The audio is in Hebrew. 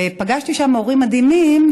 ופגשתי שם הורים מדהימים,